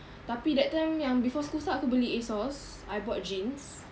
tapi that time yang before school starts aku beli ASOS I bought jeans